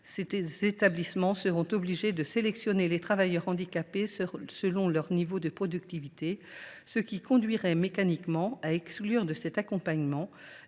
ces établissements seront obligés de sélectionner les travailleurs handicapés selon leur niveau de productivité, ce qui conduirait mécaniquement à exclure de cet accompagnement